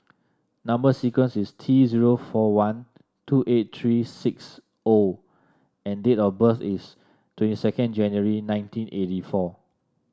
number sequence is T zero four one two eight three six O and date of birth is twenty second January nineteen eighty four